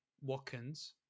Watkins